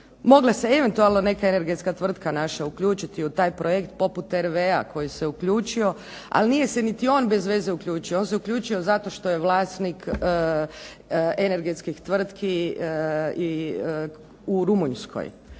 Mogla se eventualno neka energetska tvrtka naša uključiti u taj projekt poput RV-a koji se uključio, ali nije se niti on bezveze uključio. On se uključio zato što je vlasnik energetskih tvrtki u Rumunjskoj,